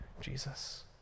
Jesus